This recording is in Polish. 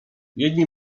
jedni